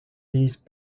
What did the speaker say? these